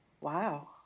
wow